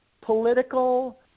political